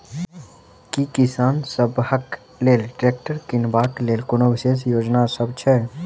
की किसान सबहक लेल ट्रैक्टर किनबाक लेल कोनो विशेष योजना सब छै?